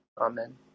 Amen